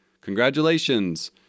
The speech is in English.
congratulations